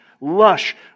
lush